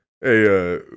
Hey